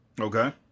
Okay